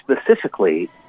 specifically